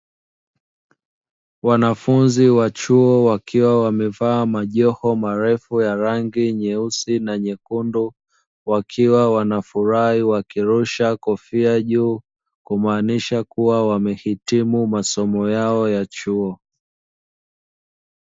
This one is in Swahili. Wanafunzi wa chuo wakiwa wamevaa majoho marefu ya rangi nyeusi na nyekundu, wakiwa wanafurahi, wakirusha kofia juu kumaanisha kuwa wamehitimu masomo yao ya chuo.